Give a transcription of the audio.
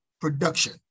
production